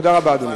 תודה רבה, אדוני.